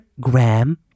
graham